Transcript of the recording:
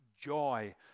joy